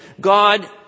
God